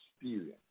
experience